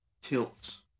tilts